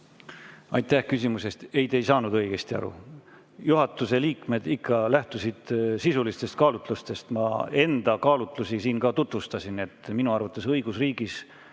Aitäh küsimuse eest! Ei, te ei saanud õigesti aru. Juhatuse liikmed lähtusid ikka sisulistest kaalutlustest. Ma enda kaalutlusi siin ka tutvustasin. Minu arvates õigusriigis